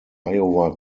iowa